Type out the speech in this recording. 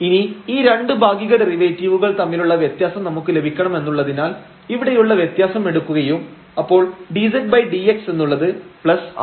ഇനി ഈ രണ്ടു ഭാഗിക ഡെറിവേറ്റീവുകൾ തമ്മിലുള്ള വ്യത്യാസം നമുക്ക് ലഭിക്കണമെന്നുള്ളതിനാൽ ഇവിടെയുള്ള വ്യത്യാസം എടുക്കുകയും അപ്പോൾ ∂z ∂x എന്നുള്ളത് പ്ലസ് ആവും